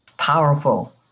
powerful